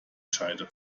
scheide